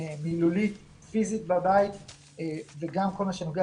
מילולית ופיזית בבית וגם כל מה שנוגע